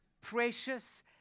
precious